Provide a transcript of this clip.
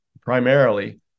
primarily